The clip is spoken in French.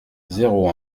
zéro